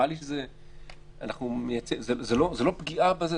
זו לא פגיעה בעבודת הממשלה,